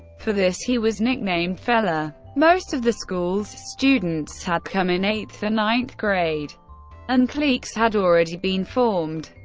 for this, he was nicknamed fella. most of the school's students had come in eighth or ninth grade and cliques had already been formed.